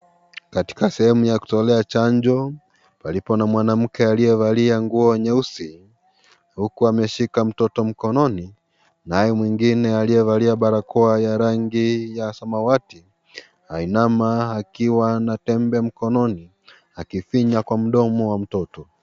Katika sehemu ya kutolea chanjo, palipo na mwanamke aliyevalia nguo nyeusi. Huku ameshika mtoto mkononi, naye mwingine aliyevalia balakoa ya rangi ya samawati, ainama akiwa na tembe mkononi, akifinya kwa mdomo mtoto.